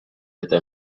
eta